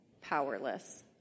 powerless